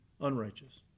unrighteous